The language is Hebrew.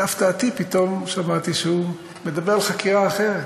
להפתעתי, פתאום שמעתי שהוא מדבר על חקירה אחרת.